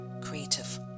creative